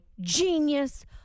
genius